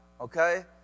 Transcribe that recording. okay